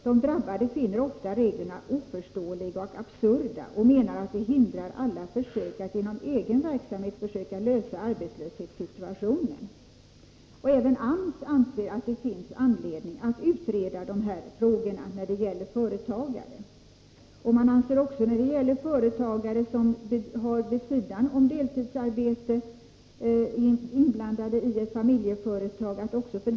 De drabbade finner ofta reglerna oförståeliga och absurda och menar att de hindrar alla försök att genom egen verksamhet försöka lösa arbetslöshetssituationen.” Även AMS anser att det finns anledning att utreda dessa frågor när det gäller företagare. AMS anser också att regler behöver fastställas för den kategori företagare som vid sidan om deltidsarbete är inblandade i ett familjeföretag.